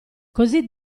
così